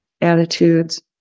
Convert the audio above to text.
attitudes